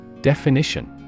Definition